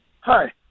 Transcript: Hi